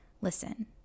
listen